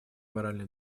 моральный